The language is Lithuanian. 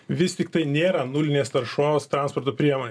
vis tiktai nėra nulinės taršos transporto priemonė